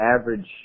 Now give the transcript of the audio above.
average